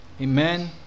Amen